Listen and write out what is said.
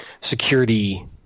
security